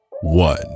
one